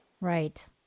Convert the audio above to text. Right